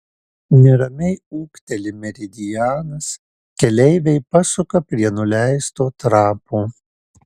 neramiai ūkteli meridianas keleiviai pasuka prie nuleisto trapo